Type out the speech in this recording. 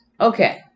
Okay